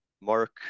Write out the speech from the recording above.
Mark